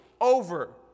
over